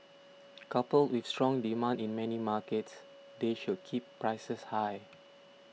coupled with strong demand in many markets that should keep prices high